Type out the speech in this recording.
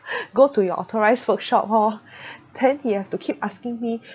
go to your authorised workshop orh then he have to keep asking me